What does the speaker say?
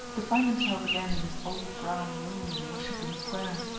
to find himself again in his old brown room in washington square.